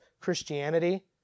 Christianity